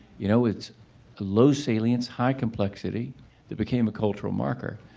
you know it's low salience high complexity that became a cultural marker,